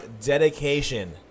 dedication